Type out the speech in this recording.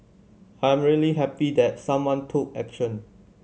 I am really happy that someone took action